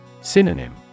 Synonym